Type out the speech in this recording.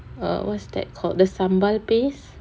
err what's that called the sambal paste